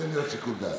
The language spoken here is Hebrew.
תן לי עוד שיקול דעת.